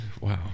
wow